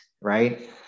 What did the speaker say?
right